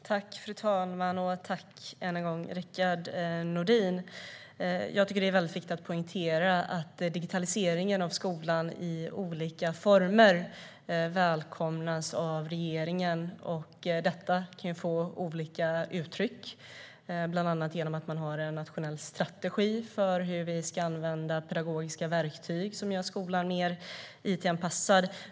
Fru talman! Tack, än en gång, Rickard Nordin! Det är viktigt att poängtera att digitaliseringen av skolan i olika former välkomnas av regeringen. Det kan få skilda uttryck, bland annat genom att ha en nationell strategi för hur vi ska använda pedagogiska verktyg som gör skolan mer it-anpassad.